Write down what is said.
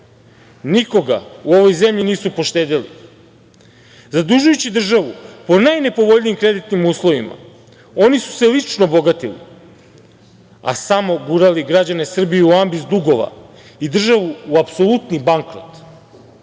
nikoga u ovoj zemlji nisu poštedeli. Zadužujući državu po najnepovoljnijim kreditnim uslovima oni su se lično bogatili, a samo gurali građane Srbije u ambis dugova i državu u apsolutni bankrot. Tu